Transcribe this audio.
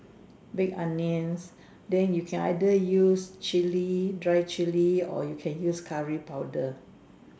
big onions then you can either use chilli dry chilli or you can use curry powder